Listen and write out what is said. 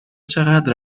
چقدر